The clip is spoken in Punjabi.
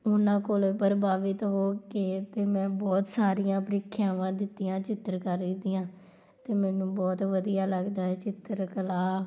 ਉਨ੍ਹਾਂ ਕੋਲੋਂ ਪ੍ਰਭਾਵਿਤ ਹੋ ਕੇ ਤਾਂ ਮੈਂ ਬਹੁਤ ਸਾਰੀਆਂ ਪ੍ਰੀਖਿਆਵਾਂ ਦਿੱਤੀਆਂ ਚਿੱਤਰਕਾਰੀ ਦੀਆਂ ਅਤੇ ਮੈਨੂੰ ਬਹੁਤ ਵਧੀਆ ਲੱਗਦਾ ਹੈ ਚਿੱਤਰਕਲਾ